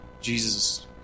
Jesus